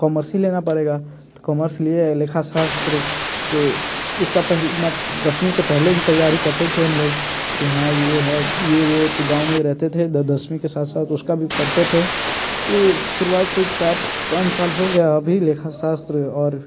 commerce ही लेना पड़ेगा तो कॉमर्स लिए लेखाशास्त्र तो उसका दसवीं से पहले भी तैयारी करते थे हम लोग कि हाँ ये है ये वो तो गाँव में रहते थे दसवीं के साथ साथ उसका भी पढ़ते थे तो शुरुआत से चार पाँच साल हो गया अभी लेखाशास्त्र और